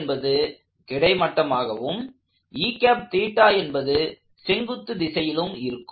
என்பது கிடைமட்டமாகவும் என்பது செங்குத்து திசையிலும் இருக்கும்